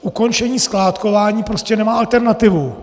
Ukončení skládkování prostě nemá alternativu.